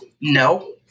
No